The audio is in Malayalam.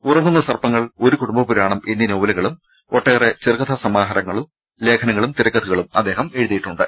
ഉറ ങ്ങുന്ന സർപ്പങ്ങൾ ഒരു കുടുംബപുർാണം എന്നീ നോവ ലുകളും ഒട്ടേറെ ചെറുകഥാ സ്മാഹാരങ്ങളും ലേഖന ങ്ങളും തിരക്കഥകളും അദ്ദേഹം എഴുതിയിട്ടുണ്ട്